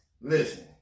Listen